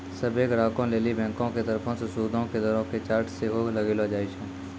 सभ्भे ग्राहको लेली बैंको के तरफो से सूदो के दरो के चार्ट सेहो लगैलो जाय छै